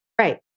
right